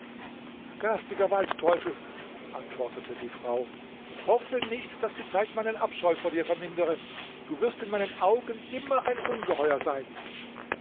garstiger waldteufel antwortete die frau hoffe nicht daß die zeit meinen abscheu vor dir vermindere du wirst in meinen augen immer ein ungeheuer sein